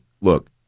look